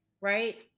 right